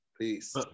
Peace